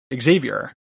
Xavier